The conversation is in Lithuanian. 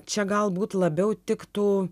čia galbūt labiau tiktų